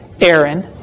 Aaron